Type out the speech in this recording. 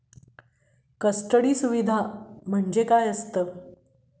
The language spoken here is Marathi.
कस्टडी सुविधा म्हणजे काय असतं?